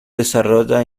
desarrolla